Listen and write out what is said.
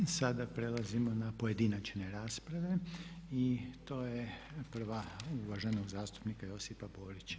Sada prelazimo na pojedinačne rasprave i to je prva uvaženog zastupnika Josipa Borića.